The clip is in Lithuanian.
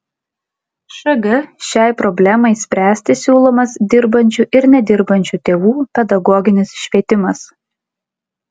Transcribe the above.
šg šiai problemai spręsti siūlomas dirbančių ir nedirbančių tėvų pedagoginis švietimas